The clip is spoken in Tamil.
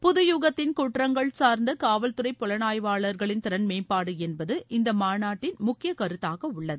புது யுகத்தின் குற்றங்கள் சார்ந்த காவல்துறை புலனாய்வாளர்களின் திறன்மேம்பாடு என்பது இந்த மாநாட்டின் முக்கிய கருத்தாக உள்ளது